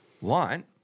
want